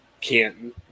Canton